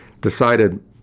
decided